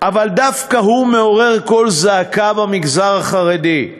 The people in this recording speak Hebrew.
אבל דווקא הוא מעורר קול זעקה במגזר החרדי,